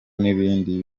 n’ibindi